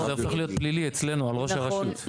זה הפך להיות פלילי אצלנו על ראש הרשות.